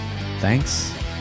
Thanks